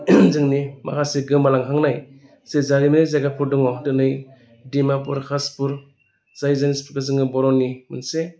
जोंनि माखासे गोमालांहांनाय जे जारिमिनारि जायगाफोर दङ दिनै डिमापुर कासपुर जाय जिनिसफोरखौ जों बर'नि मोनसे